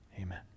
amen